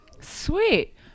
Sweet